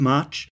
March